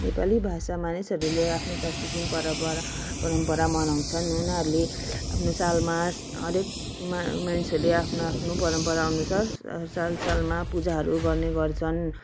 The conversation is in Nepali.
नेपाली भाषामा मानिसहरूले आफ्नो सांस्कृतिक परम्परा परम्परा मनाउँछन् उनीहरूले आफ्नो सालमा अलिक मा मानिसहरूले आफ्नो आफ्नो परम्परा अनुसार सालसालमा पूजाहरू गर्ने गर्छन्